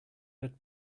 had